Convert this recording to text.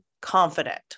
confident